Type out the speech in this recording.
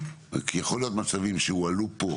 כי יכולים להיות מצבים שהועלו פה,